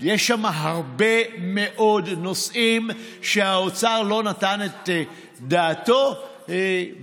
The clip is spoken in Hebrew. יש שם הרבה מאוד נושאים שהאוצר לא נתן את דעתו עליהם,